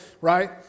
right